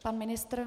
Pan ministr?